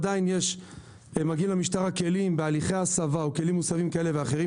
עדיין מגיעים למשטרה כלים בהליכי הסבה או כלים מוסבים כאלה ואחרים.